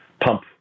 pump